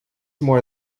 more